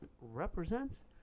represents